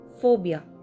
phobia